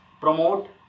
promote